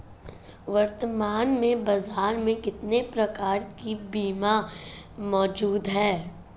वर्तमान में बाज़ार में कितने प्रकार के बीमा मौजूद हैं?